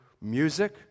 music